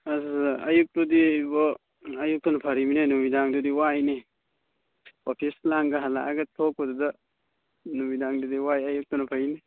ꯑꯌꯨꯛꯇꯨꯗꯤ ꯏꯕꯣ ꯑꯌꯨꯛꯇꯨꯅ ꯐꯔꯤꯃꯤꯅꯦ ꯅꯨꯃꯤꯗꯥꯡꯗꯨꯗꯤ ꯋꯥꯏꯅꯦ ꯑꯣꯐꯤꯁ ꯂꯥꯡꯒ ꯍꯜꯂꯛꯑꯒ ꯊꯣꯛꯄꯗꯨꯗ ꯅꯨꯃꯤꯗꯥꯡꯗꯗꯤ ꯋꯥꯏ ꯑꯌꯨꯛꯇꯨꯅ ꯐꯩꯅꯦ